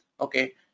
okay